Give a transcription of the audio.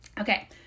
okay